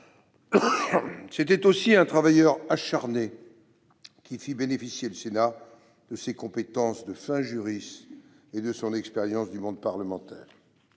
C'était aussi un travailleur acharné, qui fit bénéficier le Sénat de ses compétences de fin juriste et de son expérience du monde parlementaire.